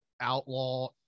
outlaw